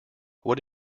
what